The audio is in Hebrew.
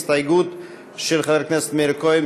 ההסתייגות של חבר הכנסת מאיר כהן,